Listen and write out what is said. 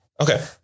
Okay